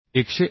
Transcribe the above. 131